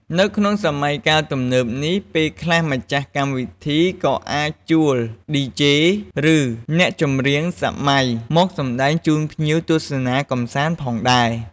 នៅក្នុងសម័យកាលទំនើបនេះ ពេលខ្លះម្ចាស់កម្មវិធីក៏អាចជួល ឌីជេ ឬ អ្នកចម្រៀងសម័យ មកសម្ដែងជូនភ្ញៀវទស្សនាកំសាន្តផងដែរ។